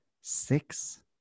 six